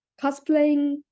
cosplaying